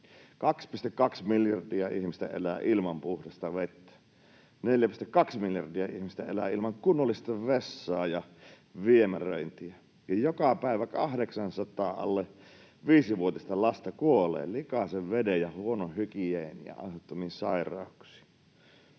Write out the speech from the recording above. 2,2 miljardia ihmistä elää ilman puhdasta vettä. 4,2 miljardia ihmistä elää ilman kunnollista vessaa ja viemäröintiä, ja joka päivä 800 alle viisivuotiasta lasta kuolee likaisen veden ja huonon hygienian aiheuttamiin sairauksiin.